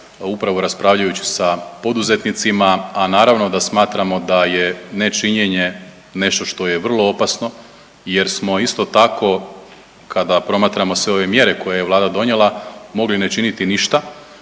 upravo raspravljajući sa poduzetnicima, a naravno da smatramo da je nečinjenje nešto što je vrlo opasno jer smo isto tako kada promatramo sve ove mjere koje je Vlada donijela mogli ne činiti ništa